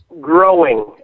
growing